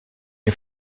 est